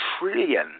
trillion